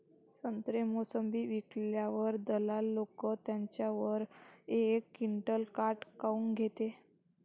संत्रे, मोसंबी विकल्यावर दलाल लोकं त्याच्यावर एक क्विंटल काट काऊन घेते?